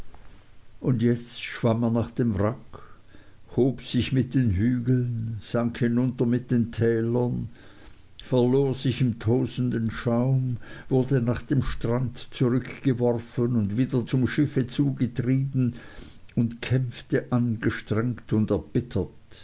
und jetzt schwamm er nach dem wrack hob sich mit den hügeln sank hinunter mit den tälern verlor sich im tosenden schaum wurde nach dem strand zurückgeworfen und wieder zum schiffe zugetrieben und kämpfte angestrengt und erbittert